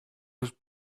was